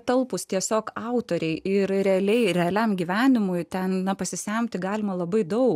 talpūs tiesiog autoriai ir realiai realiam gyvenimui ten pasisemti galima labai daug